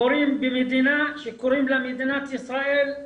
קורים במדינה שקוראים לה מדינת ישראל,